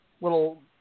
little